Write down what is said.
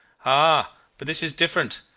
ah, but this is different,